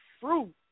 fruit